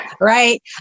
Right